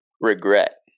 regret